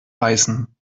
beißen